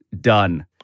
Done